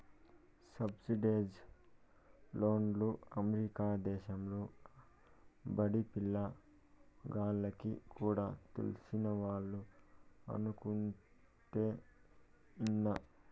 subsidised లోన్లు America దేశంలో బడిపిల్ల గాల్లకి కూడా తెలిసినవాళ్లు అనుకుంటుంటే ఇన్నా